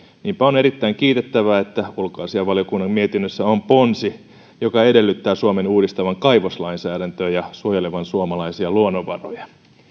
niinpä on erittäin kiitettävää että ulkoasiainvaliokunnan mietinnössä on ponsi joka edellyttää suomen uudistavan kaivoslainsäädäntöä ja suojelevan suomalaisia luonnonvaroja